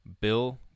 Bill